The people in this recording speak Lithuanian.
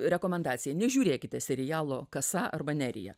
rekomendacija nežiūrėkite serialo kasa arba nerija